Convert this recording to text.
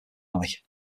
alley